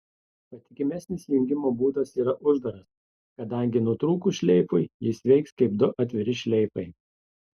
patikimesnis jungimo būdas yra uždaras kadangi nutrūkus šleifui jis veiks kaip du atviri šleifai